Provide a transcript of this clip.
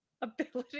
ability